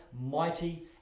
mighty